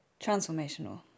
transformational